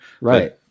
right